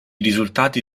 risultati